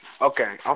okay